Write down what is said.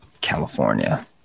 California